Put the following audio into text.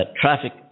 traffic